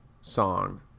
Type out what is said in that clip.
song